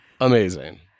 Amazing